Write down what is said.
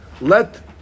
Let